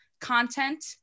content